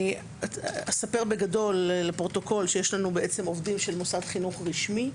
אני אספר בגדול לפרוטוקול שיש לנו עובדים של מוסד חינוך רשמי,